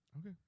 Okay